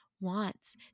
Wants